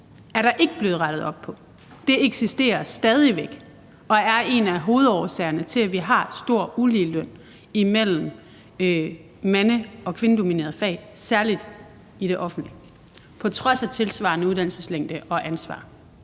er der ikke blevet rettet op på. Det eksisterer stadig væk og er en af hovedårsagerne til, at vi har en stor uligeløn mellem mande- og kvindedominerede fag, særlig i det offentlige, på trods af tilsvarende uddannelseslængde og ansvar.